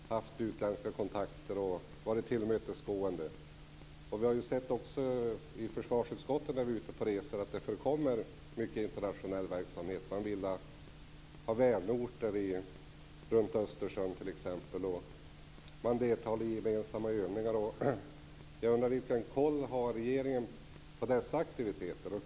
Herr talman! Jag skulle vilja ställa en fråga till försvarsministern om regelverket för internationella kontakter och om det i de sammanhangen sker självständiga aktiviteter. Man har ju haft utländska kontakter och varit tillmötesgående. När vi i försvarsutskottet är ute och reser har vi också sett att det förekommer mycket internationell verksamhet. Man bildar vänorter runt Östersjön t.ex. och deltar i gemensamma övningar. Vilken koll har regeringen på dessa aktiviteter?